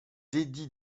dédie